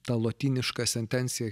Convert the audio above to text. ta lotyniška sentencija